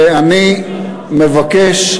ואני מבקש,